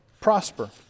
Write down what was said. prosper